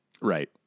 Right